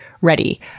ready